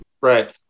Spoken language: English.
Right